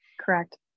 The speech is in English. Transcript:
Correct